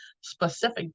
specific